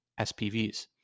SPVs